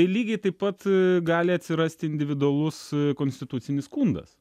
ir lygiai taip pat gali atsirasti individualus konstitucinis skundas